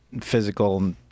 physical